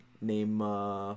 Name